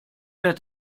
der